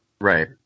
Right